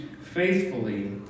faithfully